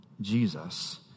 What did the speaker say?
Jesus